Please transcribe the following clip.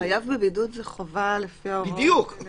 החייב בבידוד זו חובה לפי ההוראות של